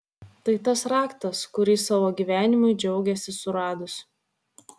tai tas raktas kurį savo gyvenimui džiaugėsi suradus